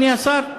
אדוני השר.